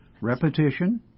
repetition